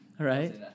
right